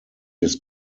des